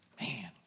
Man